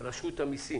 רשות המסים